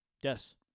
yes